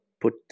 put